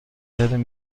کردیم